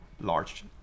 large